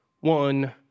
one